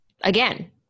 again